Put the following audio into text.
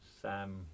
Sam